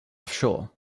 offshore